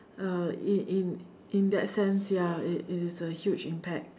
uh in in in that sense ya it it is a huge impact